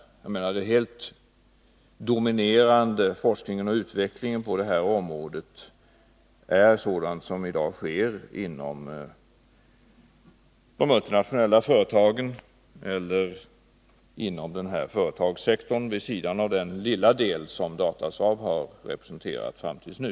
Den helt dominerande forskningen och utvecklingen på detta område sker i de multinationella företagen eller inom den inhemska företagssektorn, vid sidan av den ringa del som Datasaab har representerat till nu.